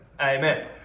amen